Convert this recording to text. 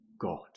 God